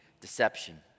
Deception